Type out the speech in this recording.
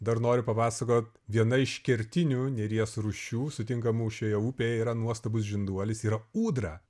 dar noriu papasakot viena iš kertinių neries rūšių sutinkamų šioje upėje yra nuostabus žinduolis yra udra